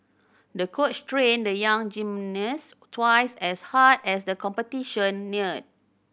the coach trained the young gymnast twice as hard as the competition neared